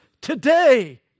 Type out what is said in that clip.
today